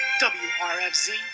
WRFZ